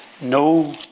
No